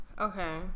okay